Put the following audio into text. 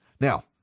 now